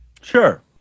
Sure